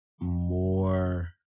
more